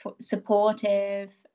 supportive